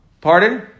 Pardon